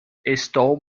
estou